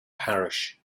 parish